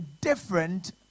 different